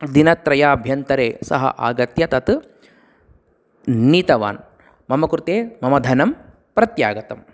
दिनत्रयाभ्यन्तरे सः आगत्य तत् नीतवान् मम कृते मम धनं प्रत्यागतम्